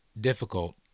difficult